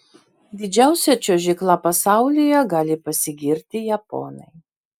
didžiausia čiuožykla pasaulyje gali pasigirti japonai